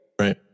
right